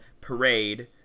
parade